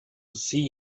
see